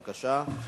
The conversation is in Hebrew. בבקשה.